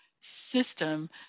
system